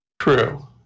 true